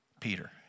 Peter